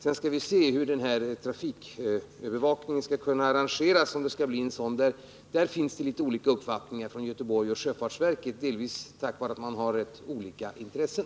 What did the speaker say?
Sedan skall vi se hur trafikövervakningen skall kunna arrangeras. I den frågan har man litet olika uppfattningar i Göteborg och på sjöfartsverket, delvis på grund av att man har rätt olika intressen.